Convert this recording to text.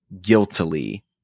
guiltily